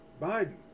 biden